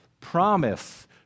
promise